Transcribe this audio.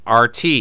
RT